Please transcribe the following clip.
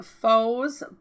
Foe's